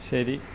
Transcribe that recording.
ശരി